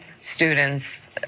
students